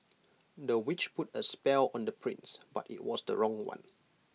the witch put A spell on the prince but IT was the wrong one